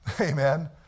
amen